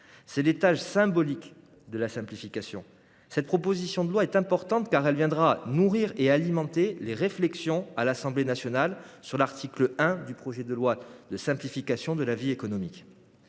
C’est la dimension symbolique de la simplification. Cette proposition de loi est importante, car elle viendra nourrir les réflexions de l’Assemblée nationale sur l’article 1 du projet de loi de simplification de la vie économique.